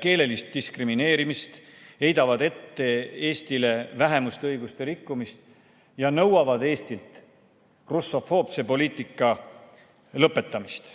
keelelist diskrimineerimist, heidavad Eestile ette vähemuste õiguste rikkumist ja nõuavad Eestilt russofoobse poliitika lõpetamist.